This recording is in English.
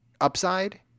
upside